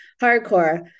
hardcore